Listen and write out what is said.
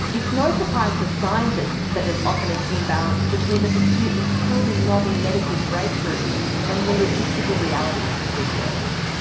it's no surprise to scientists that there is often an imbalance between the pursuit of truly novel medical breakthroughs and the logistical realities of research.